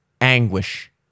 anguish